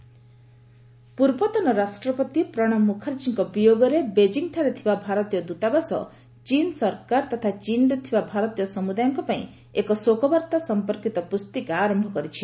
ଶୋକବାର୍ତ୍ତା ପୁସ୍ତିକା ପୂର୍ବତନ ରାଷ୍ଟ୍ରପତି ପ୍ରଣବ ମୁଖାର୍ଜୀଙ୍କ ବିୟୋଗରେ ବେଙ୍କିଠାରେ ଥିବା ଭାରତୀୟ ଦୂତାବାସ ଚୀନ୍ ସରକାର ତଥା ଚୀନ୍ରେ ଥିବା ଭାରତୀୟ ସମୁଦାୟଙ୍କ ପାଇଁ ଏକ ଶୋକବାର୍ତ୍ତା ସମ୍ପର୍କୀତ ପୁସ୍ତିକା ଆରମ୍ଭ କରିଛି